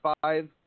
five